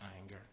anger